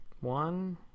one